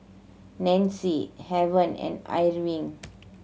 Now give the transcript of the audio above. Nancy Heaven and Irving